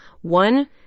one